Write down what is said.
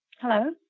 hello